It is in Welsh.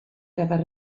gyfer